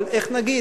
אבל, איך נגיד?